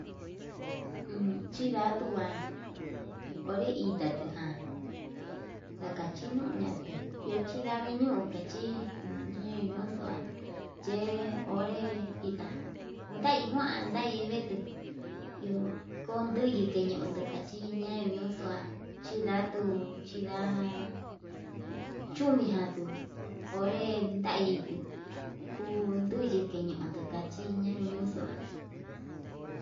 Uun chindatuu va'a, onré iatatu ján ndakachi ñoñatu iho chindaveñon kachi yee onré itá, ndai njuan ndai ndetuu iho konduye keñotuu kachí iñai uxua chindatu chinda'a chumijan tuu, onré ndaintu kuu ndute keñoo kaña keñoxua.